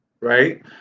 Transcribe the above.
right